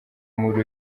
muri